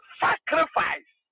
sacrifice